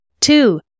Two